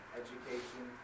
education